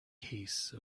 case